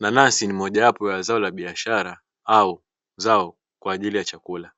Nanasi ni mojawapo ya zao la biashara au zao kwa ajili ya chakula,